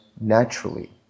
naturally